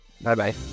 bye-bye